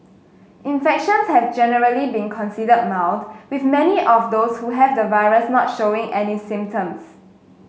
infections have generally been considered mild with many of those who have the virus not showing any symptoms